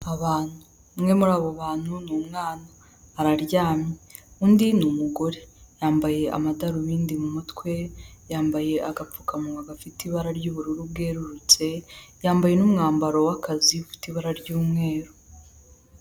Umwe muri abo bantu ni umwana araryamye undi ni umugore yambaye amadarubindi mu mutwe yambaye agapfukamuwa gafite ibara ry'ubururu bwererutse yambaye n'umwambaro w'akazi ufite ibara ry'umweru.